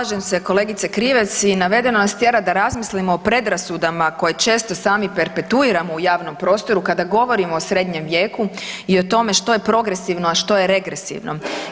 Slažem se, kolegice Krivec i navedeno nas tjera da razmislimo o predrasudama koje često sami perpetuiramo u javnom prostoru kada govorimo o srednjem vijeku i o tome što je progresivno, a što je regresivno.